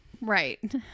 right